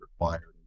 required